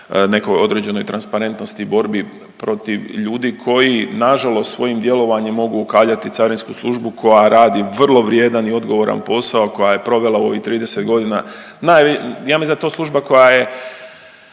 nekoj određenoj transparentnosti i borbi protiv ljudi koji nažalost svojim djelovanjem mogu ukaljati carinsku službu koja radi vrlo vrijedan i odgovoran posao koja je provela u ovih 30 godina naj… ja mislim da je to služba koja je